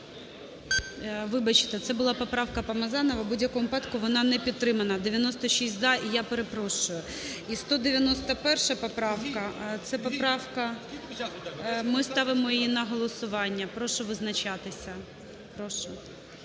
Вибачте, це була поправка Помазанова. В будь-якому випадку вона не підтримана. 96 – за і я перепрошую. І 191 поправка. Це поправка, ми ставимо її на голосування. Прошу визначатися.